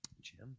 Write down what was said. Jim